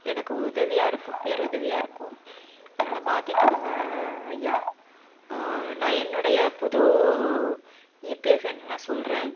எனக்கு உதவியாக இருக்கும் பேருதவியாக இருக்கும் அதனால் மாற்றி கொடுங்க ஐயா நான் என்னுடைய புது ஈபிஎஃப் எண் நான் சொல்கிறேன்